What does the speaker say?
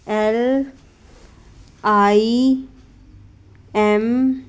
L I M